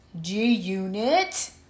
G-Unit